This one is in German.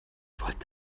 wollten